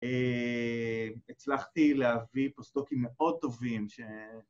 הצלחתי להביא פה סטוקים מאוד טובים ש...